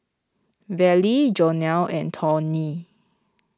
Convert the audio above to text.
Verlie Jonell and Tawny